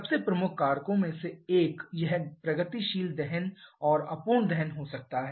सबसे प्रमुख कारकों में से एक यह प्रगतिशील दहन और अपूर्ण दहन हो सकता है